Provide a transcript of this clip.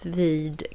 vid